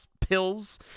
pills